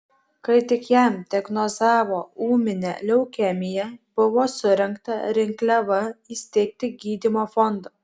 kai tik jam diagnozavo ūminę leukemiją buvo surengta rinkliava įsteigti gydymo fondą